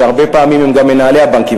שהרבה פעמים הם גם מנהלי הבנקים,